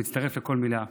מצטרף לכל מילה.